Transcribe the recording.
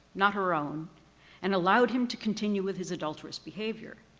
not her own and allowed him to continue with his adulterous behavior.